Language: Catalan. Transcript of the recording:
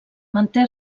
manté